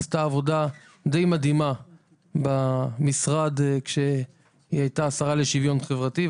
שעשתה עבודה די מדהימה במשרד כשהייתה השרה לשוויון חברתי.